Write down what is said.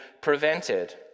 prevented